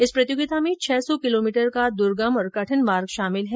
इस प्रतियोगिता में छह सौ किलोमीटर का दूर्गम और कठिन मार्ग शामिल है